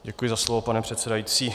Děkuji za slovo, pane předsedající.